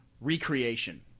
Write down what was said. Recreation